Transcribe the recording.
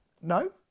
No